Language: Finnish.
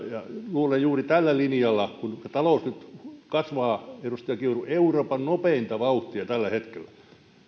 luulen että juuri tällä linjalla kun talous nyt kasvaa edustaja kiuru euroopan nopeinta vauhtia tällä hetkellä